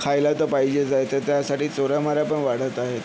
खायला तर पाहिजेच आहे तर त्यासाठी चोऱ्यामाऱ्या पण वाढत आहेत